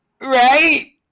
right